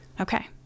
Okay